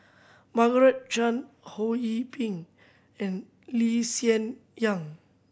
Margaret Chan Ho Yee Ping and Lee Hsien Yang